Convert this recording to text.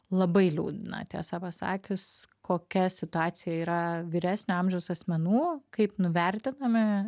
labai liūdina tiesą pasakius kokia situacija yra vyresnio amžiaus asmenų kaip nuvertinami